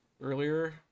earlier